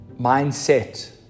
mindset